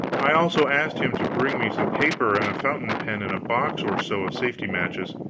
i also asked him to bring me some paper and a fountain pen and a box or so of safety matches.